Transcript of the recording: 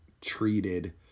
treated